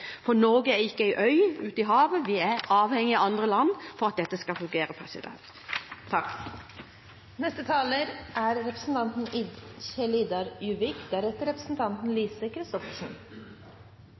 for Norge er ikke en øy uti havet. Vi er avhengig av andre land for at dette skal fungere. Det er